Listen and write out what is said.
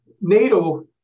NATO